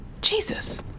Jesus